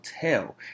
tell